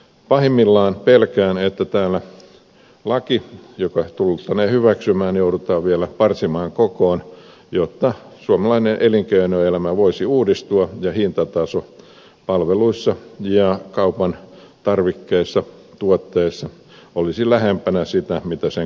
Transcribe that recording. pahimmillaan pelkään että täällä laki joka tultaneen hyväksymään joudutaan vielä parsimaan kokoon jotta suomalainen elinkeinoelämä voisi uudistua ja hintataso palveluissa ja kaupan tarvikkeissa tuotteissa olisi lähempänä sitä mitä sen kuuluisikin olla